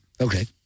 Okay